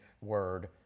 word